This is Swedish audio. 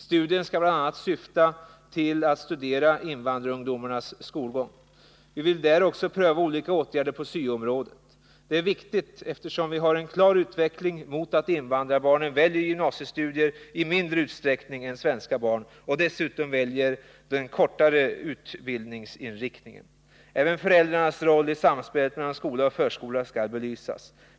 Studien skall bl.a. följa invandrarungdomars skolgång. Vi vill pröva olika åtgärder inom SYO-området. Detta är viktigt eftersom vi har en klar utveckling mot att invandrarbarnen väljer gymnasiestudier i mindre utsträckning än svenska barn och dessutom väljer den kortare utbildningsinriktningen. Även föräldrarnas roll i samspelet med skola och förskola skall belysas.